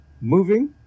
moving